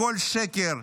הכול שקר,